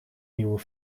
nieuwe